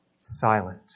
silent